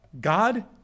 God